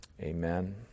Amen